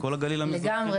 כל הגליל המזרחי --- לגמרי,